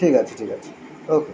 ঠিক আছে ঠিক আছে ওকে